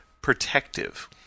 protective